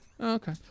okay